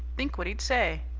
think what he'd say!